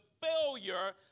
failure